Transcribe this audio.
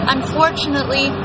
Unfortunately